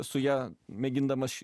su ja mėgindamas